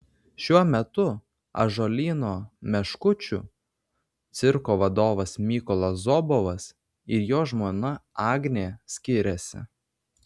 šiuo metu ąžuolyno meškučių cirko vadovas mykolas zobovas ir jo žmona agnė skiriasi